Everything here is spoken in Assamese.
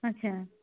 আচ্ছা